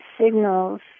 signals